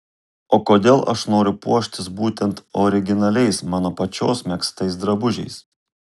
o kodėl aš noriu puoštis būtent originaliais mano pačios megztais drabužiais